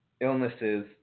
illnesses